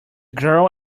girl